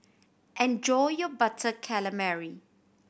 enjoy your Butter Calamari